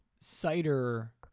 cider